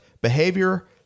behavior